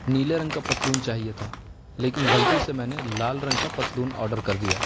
نیلے رنگ کا پتلون چاہیے تھا لیکن غلطی سے میں نے لال رنگ کا پتلون آرڈر کر دیا